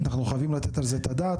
אנחנו חייבים לתת על זה את הדעת,